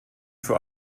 für